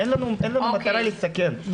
אין לנו מטרה לסכן,